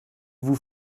vous